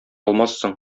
алмассың